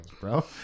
bro